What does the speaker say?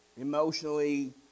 emotionally